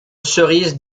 cerise